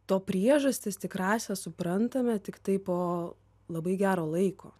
to priežastis tikrąsias suprantame tiktai po labai gero laiko